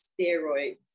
steroids